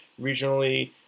regionally